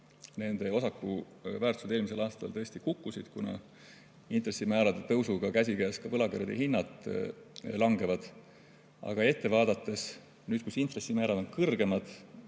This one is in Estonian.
osakute väärtused eelmisel aastal tõesti kukkusid, kuna intressimäärade tõusuga käsikäes võlakirjade hinnad langevad. Aga ette vaadates, nüüd kus intressimäärad on kõrgemad